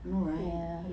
I know right